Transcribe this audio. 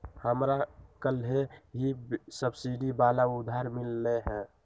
हमरा कलेह ही सब्सिडी वाला उधार मिल लय है